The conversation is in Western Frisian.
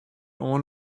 oan